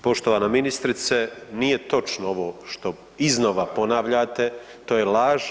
Poštovana ministrice nije točno ovo što iznova ponavljate to je laž.